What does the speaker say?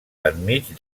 enmig